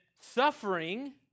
suffering